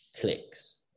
clicks